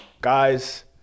guys